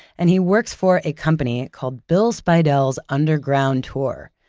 and he works for a company called bill speidel's underground tour.